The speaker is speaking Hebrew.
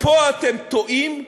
פה אתם טועים,